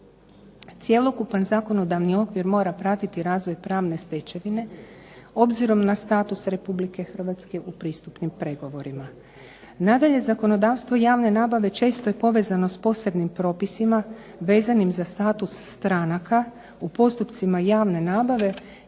Cjelokupan zakonodavni okvir mora pratiti razvoj pravne stečevine, obzirom na status Republike Hrvatske u pristupnim pregovorima. Nadalje zakonodavstvo javne nabave često je povezano s posebnim propisima, vezanim za status stranaka, u postupcima javne nabave,